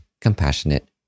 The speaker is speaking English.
compassionate